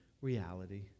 reality